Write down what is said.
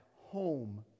home